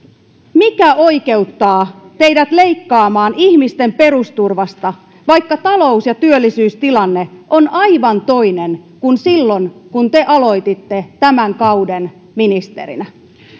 mikä oikeuttaa teidät leikkaamaan ihmisten perusturvasta vaikka talous ja työllisyystilanne on aivan toinen kuin silloin kun te aloititte tämän kauden ministerinä